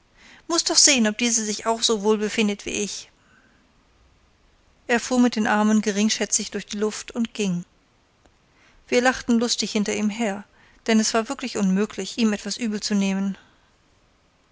muß doch sehen ob diese sich auch so wohl befindet wie ich er fuhr mit den armen geringschätzig durch die luft und ging wir lachten lustig hinter ihm her denn es war wirklich unmöglich ihm etwas übel zu nehmen